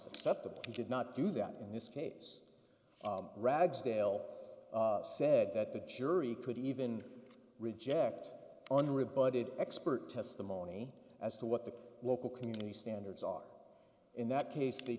acceptable he could not do that in this case ragsdale said that the jury could even reject unrebutted expert testimony as to what the local community standards are in that case they